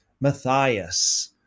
Matthias